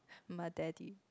my daddy